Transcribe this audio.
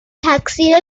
تقصیر